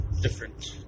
Different